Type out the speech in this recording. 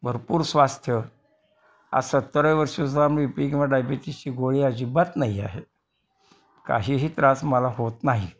भरपूर स्वास्थ्य आज सत्तराव्या वर्षीसुद्धा बी पी किंवा डायबिटीसची गोळी अजिबात नाही आहे काहीही त्रास मला होत नाही